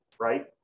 right